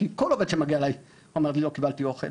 כל עובד שמגיע אליי אומר לי "לא קיבלתי אוכל